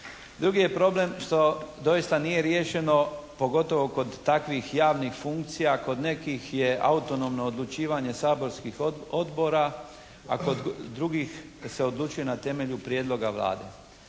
Drugi je problem što doista nije riješeno pogotovo kod takvih javnih funkcija. Kod nekih je autonomno odlučivanje saborskih odbora a kod drugih se odlučuje na temelju prijedloga Vlade.